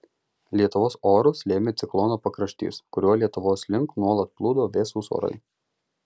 lietuvos orus lėmė ciklono pakraštys kuriuo lietuvos link nuolat plūdo vėsūs orai